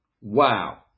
wow